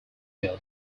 year